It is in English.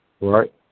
Right